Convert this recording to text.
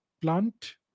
plant